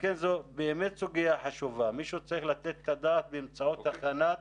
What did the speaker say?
זו באמת סוגיה חשובה ומישהו צריך לתת את הדעת באמצעות הכנת